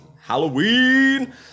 halloween